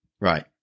Right